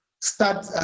start